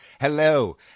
hello